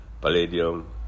Palladium